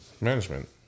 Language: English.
Management